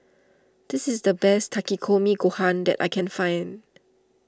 this is the best Takikomi Gohan that I can find